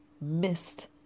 missed